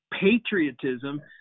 patriotism